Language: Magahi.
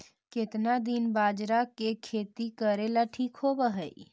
केतना दिन बाजरा के खेती करेला ठिक होवहइ?